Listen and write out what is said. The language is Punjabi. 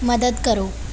ਮਦਦ ਕਰੋ